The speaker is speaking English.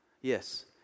Yes